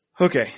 Okay